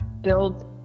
build